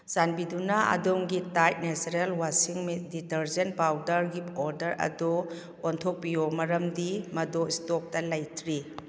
ꯆꯥꯟꯕꯤꯗꯨꯅ ꯑꯗꯣꯝꯒꯤ Tide natural ꯋꯥꯁꯤꯡ ꯗꯤꯇꯔꯖꯦꯟ ꯄꯥꯎꯗꯔꯒꯤ ꯑꯣꯔꯗꯔ ꯑꯗꯨ ꯑꯣꯟꯊꯣꯛꯄꯤꯌꯨ ꯃꯔꯝꯗꯤ ꯃꯗꯨ ꯏꯁꯇꯣꯛꯇ ꯂꯩꯇ꯭ꯔꯤ